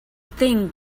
thing